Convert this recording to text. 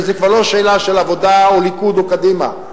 וזו כבר לא שאלה של עבודה או ליכוד או קדימה,